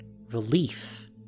Relief